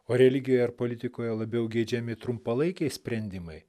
o religijoje ar politikoje labiau geidžiami trumpalaikiai sprendimai